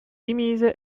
dimise